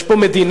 יש פה מדינה